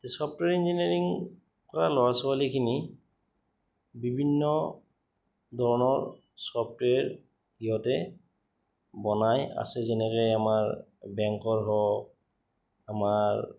এই software engineering কৰা ল'ৰা ছোৱালীখিনি বিভিন্ন ধৰণৰ ছফ্টৱেৰ সিহঁতে বনাই আছে যেনেকে আমাৰ বেংকৰ হওক আমাৰ